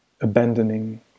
abandoning